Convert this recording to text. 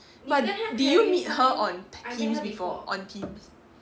but did you meet her on teams before on teams